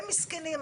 הם מסכנים,